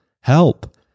Help